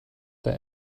der